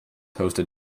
hosted